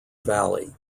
valley